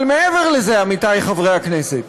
אבל מעבר לזה, עמיתי חברי הכנסת,